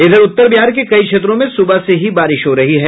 इधर उत्तर बिहार के कई क्षेत्रों में सुबह से ही बारिश हो रही है